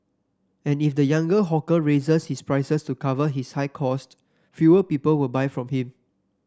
and if the younger hawker raises his prices to cover his high cost fewer people will buy from him